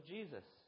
Jesus